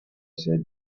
said